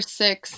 six